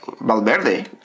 Valverde